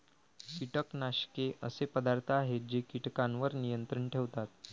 कीटकनाशके असे पदार्थ आहेत जे कीटकांवर नियंत्रण ठेवतात